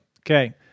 Okay